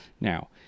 Now